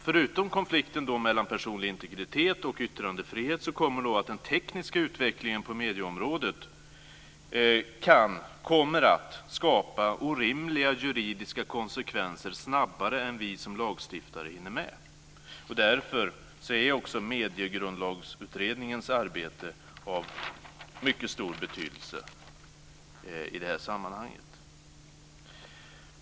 Förutom konflikten mellan personlig integritet och yttrandefrihet kommer den tekniska utvecklingen på medieområdet att skapa orimliga juridiska konsekvenser snabbare än vi som lagstiftare hinner med. Därför är också Mediegrundlagsutredningens arbete av mycket stor betydelse i det här sammanhanget.